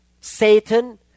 Satan